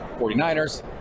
49ers